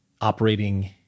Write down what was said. operating